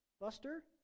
Buster